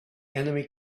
enemy